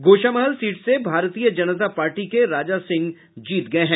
Goshamahal seat से Bharatiya Janata party के राजा सिंह जीत गए हैं